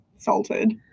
salted